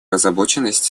озабоченность